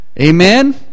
Amen